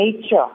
nature